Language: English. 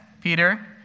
Peter